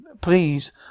Please